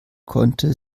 konnte